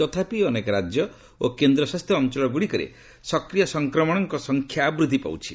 ତଥାପି ଅନେକ ରାଜ୍ୟ ଓ କେନ୍ଦ୍ର ଶାସିତ ଅଞ୍ଚଳ ଗୁଡ଼ିକରେ ସକ୍ରିୟ ସଂକ୍ରମଣଙ୍କ ସଂଖ୍ୟା ବୂଦ୍ଧି ପାଉଛି